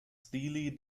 steely